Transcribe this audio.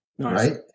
Right